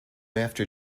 after